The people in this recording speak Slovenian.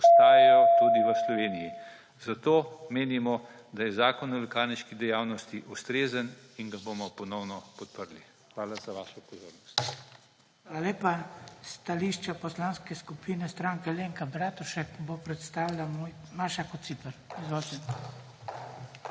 ostajajo tudi v Sloveniji. Zato menimo, da je Zakon o lekarniški dejavnosti ustrezen in ga bomo ponovno podprli. Hvala za vašo pozornost.